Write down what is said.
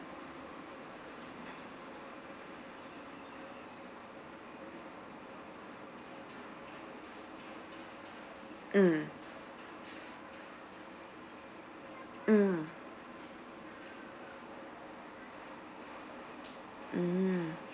mm mm mm